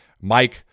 Mike